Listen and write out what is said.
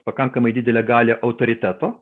pakankamai didelę galią autoriteto